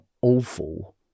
awful